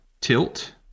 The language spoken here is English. tilt